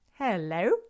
Hello